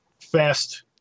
fast